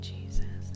Jesus